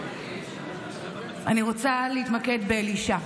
אני רוצה להתמקד באלישע.